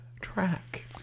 track